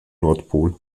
nordpol